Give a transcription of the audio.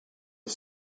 are